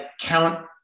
count